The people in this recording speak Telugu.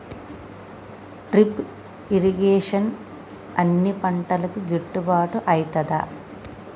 డ్రిప్ ఇరిగేషన్ అన్ని పంటలకు గిట్టుబాటు ఐతదా?